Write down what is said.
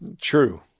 True